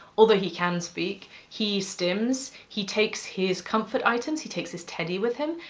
although he can speak. he stims, he takes his comfort items, he takes his teddy with him.